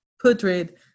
putrid